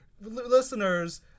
listeners